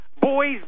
Boys